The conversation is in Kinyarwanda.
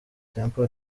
temple